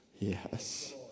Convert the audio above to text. Yes